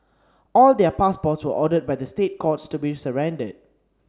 all their passports were ordered by the State Courts to be surrendered